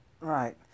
Right